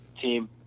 team